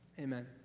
Amen